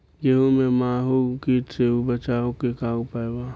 गेहूँ में माहुं किट से बचाव के का उपाय बा?